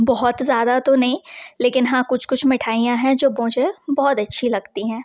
बहुत ज़्यादा तो नहीं लेकिन हाँ कुछ कुछ मिठाइयाँ हैं जो मुझे बहुत अच्छी लगती हैं